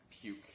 puke